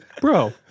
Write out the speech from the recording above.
Bro